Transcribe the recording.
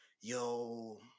yo